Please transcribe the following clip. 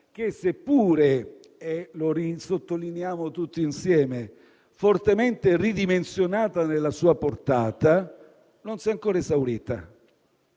insieme - fortemente ridimensionata nella sua portata, non si è ancora esaurita.